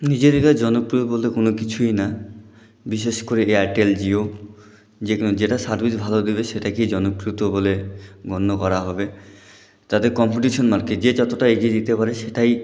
নিজে থেকে জনপ্রিয় বলতে কোনও কিছুই না বিশেষ করে এয়ারটেল জিও যেটার সার্ভিস ভালো দেবে সেটাকেই জনপ্রিয় বলে গণ্য করা হবে তাদের কম্পিটিশান মার্কেট যে যতটা এগিয়ে যেতে পারে সেটাই